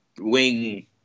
wing